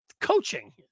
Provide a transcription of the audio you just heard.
coaching